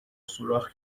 سوراخ